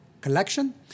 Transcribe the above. collection